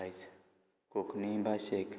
आयज कोंकणी भाशेक